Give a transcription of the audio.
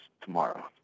tomorrow